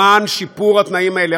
למען שיפור התנאים האלה.